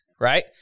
right